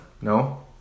No